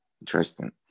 Interesting